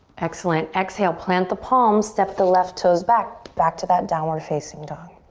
excellent. exhale, plant the palms, step the left toes back. back to that downward facing dog.